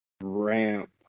ramp